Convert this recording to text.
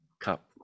cup